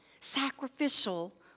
sacrificial